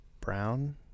Brown